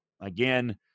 Again